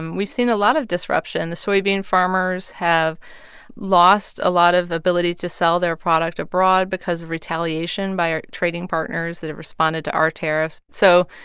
and we've seen a lot of disruption. the soybean farmers have lost a lot of ability to sell their product abroad because of retaliation by our trading partners that have responded to our tariffs. so,